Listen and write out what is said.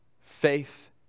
Faith